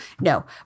No